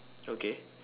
okay